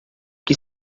que